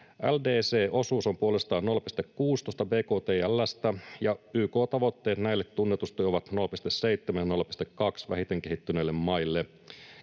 LDC-osuus on puolestaan 0,16 bktl:stä, ja näiden YK-tavoitteet tunnetusti ovat 0,7 ja 0,2 vähiten kehittyneille maille.